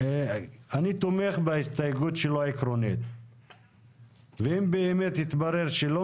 אני תומך בהסתייגות שלו עקרונית ואם באמת יתברר שלא